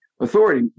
Authority